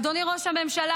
אדוני ראש הממשלה,